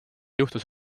juhtus